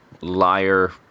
liar